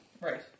Right